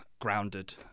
grounded